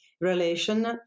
relation